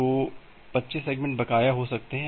तो 25 सेगमेंट बकाया हो सकते हैं